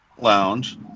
Lounge